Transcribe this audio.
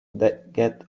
get